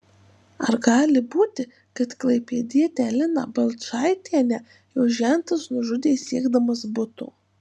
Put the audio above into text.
ar gali būti kad klaipėdietę liną balčaitienę jos žentas nužudė siekdamas buto